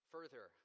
Further